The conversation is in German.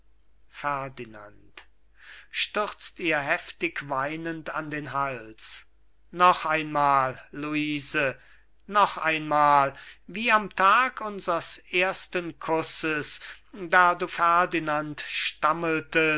hals noch einmal luise noch einmal wie am tag unsers ersten kusses da du ferdinand stammeltest